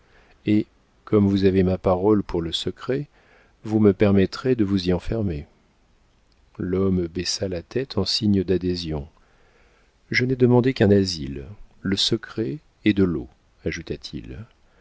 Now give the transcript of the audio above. et comme vous avez ma parole pour le secret vous me permettrez de vous y enfermer l'homme baissa la tête en signe d'adhésion je n'ai demandé qu'un asile le secret et de l'eau